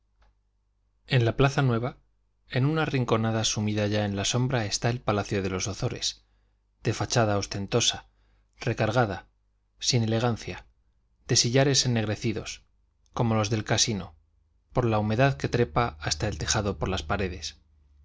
en la plaza nueva en una rinconada sumida ya en la sombra está el palacio de los ozores de fachada ostentosa recargada sin elegancia de sillares ennegrecidos como los del casino por la humedad que trepa hasta el tejado por las paredes